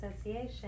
Association